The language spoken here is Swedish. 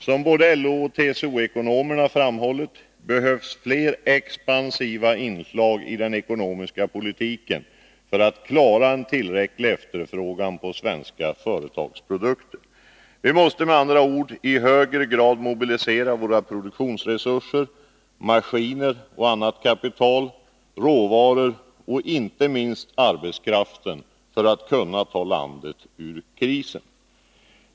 Som både LO och TCO-ekonomerna framhållit behövs fler expansiva inslag i den ekonomiska politiken för att klara en tillräcklig efterfrågan på svenska företags produkter. Vi måste med andra ord i högre grad mobilisera våra produktionsresurser — maskiner och annat kapital, råvaror och inte minst arbetskraften — för att kunna ta landet ur krisen.